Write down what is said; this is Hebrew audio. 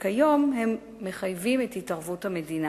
וכיום הם מחייבים את התערבות המדינה.